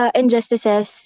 injustices